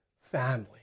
family